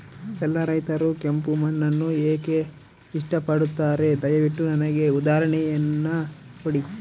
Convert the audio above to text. ಎಲ್ಲಾ ರೈತರು ಕೆಂಪು ಮಣ್ಣನ್ನು ಏಕೆ ಇಷ್ಟಪಡುತ್ತಾರೆ ದಯವಿಟ್ಟು ನನಗೆ ಉದಾಹರಣೆಯನ್ನ ಕೊಡಿ?